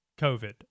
COVID